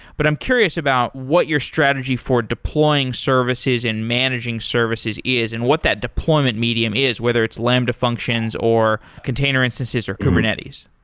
but i'm curious about what your strategy for deploying services and managing services is and what that deployment medium is, whether it's lambda functions, or container instances, or kubernetes.